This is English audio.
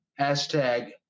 hashtag